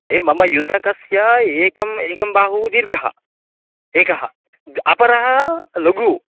ए मम युतकस्य एकः एकः बाहुः दीर्घः एकः अपरः लघुः